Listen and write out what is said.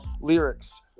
lyrics